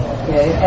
okay